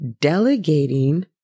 delegating